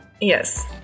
Yes